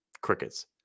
crickets